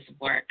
work